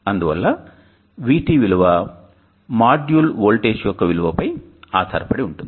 అందువల్ల VT విలువ module voltage యొక్క విలువ పై ఆధారపడి వుంటుంది